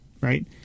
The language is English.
right